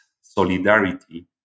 solidarity